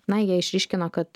na jie išryškino kad